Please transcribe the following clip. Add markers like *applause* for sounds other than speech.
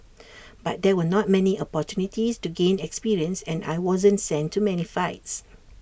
*noise* but there were not many opportunities to gain experience and I wasn't sent to many fights